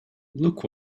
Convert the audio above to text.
look